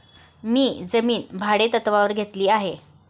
मी जमीन भाडेतत्त्वावर घेतली आहे